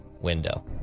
Window